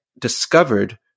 discovered